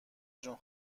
جون